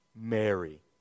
Mary